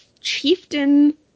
chieftain